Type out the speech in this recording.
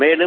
மேலும்